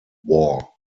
war